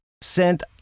sent